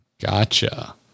Gotcha